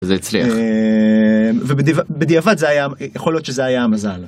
זה אצלך, ובדיעבד זה היה יכול להיות שזה היה המזל.